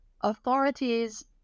authorities